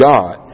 God